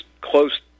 close